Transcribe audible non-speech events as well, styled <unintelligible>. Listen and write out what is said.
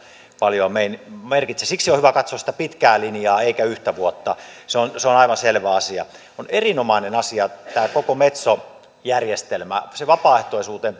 paljoa merkitse siksi on hyvä katsoa sitä pitkää linjaa eikä yhtä vuotta se on se on aivan selvä asia on erinomainen asia tämä koko metso järjestelmä se vapaaehtoisuuteen <unintelligible>